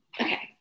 Okay